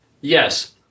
Yes